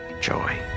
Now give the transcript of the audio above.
joy